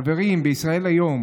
חברים, בישראל היום